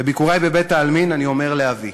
בביקורי בבית-העלמין אני אומר לאבי: